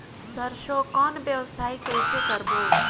सरसो कौन व्यवसाय कइसे करबो?